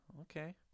Okay